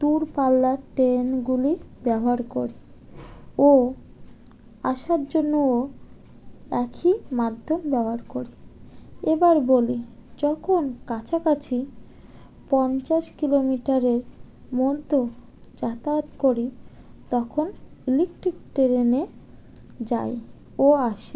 দূরপাল্লার ট্রেনগুলি ব্যবহার করি ও আসার জন্য ও একই মাধ্যম ব্যবহার করি এবার বলি যখন কাছাকাছি পঞ্চাশ কিলোমিটারের মতো যাতায়াত করি তখন ইলেকট্রিক ট্রেনে যাই ও আসে